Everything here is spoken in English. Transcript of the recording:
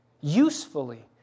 usefully